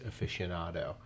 aficionado